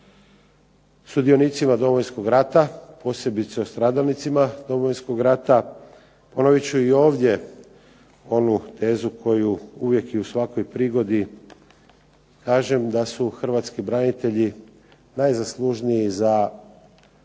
o sudionicima Domovinskog rata, posebice o stradalnicima Domovinskog rata. Ponovit ću i ovdje onu tezu koju uvijek i u svakoj prigodi kažem, da su hrvatski branitelji najzaslužniji za obranu